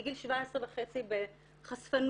מגיל 17.5 בחשפנות,